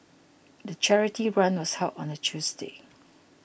the charity run was held on a Tuesday